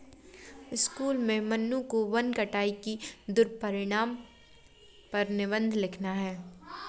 school में मन्नू को वन कटाई के दुष्परिणाम पर निबंध लिखना है